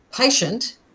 patient